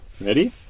Ready